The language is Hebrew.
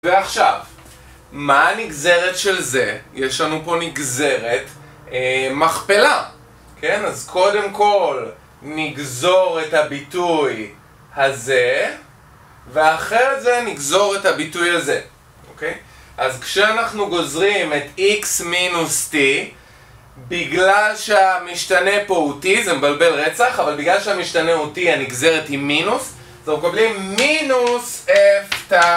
ועכשיו, מה הנגזרת של זה? יש לנו פה נגזרת מכפלה, כן? אז קודם כל נגזור את הביטוי הזה, ואחרי זה נגזור את הביטוי הזה, אוקיי? אז כשאנחנו גוזרים את x מינוס t, בגלל שהמשתנה פה הוא t, זה מבלבל רצח, אבל בגלל שהמשתנה הוא t, הנגזרת היא מינוס, אז אנחנו קובלים מינוס f'ta.